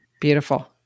Beautiful